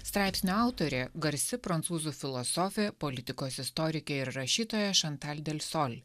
straipsnio autorė garsi prancūzų filosofė politikos istorikė ir rašytoja šantal delsol